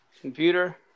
computer